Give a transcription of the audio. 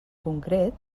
concret